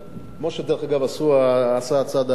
כמו שדרך אגב עשה הצד הירדני.